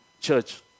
church